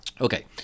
Okay